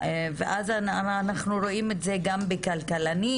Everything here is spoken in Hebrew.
ואז אנחנו רואים את זה גם בכלכלנים.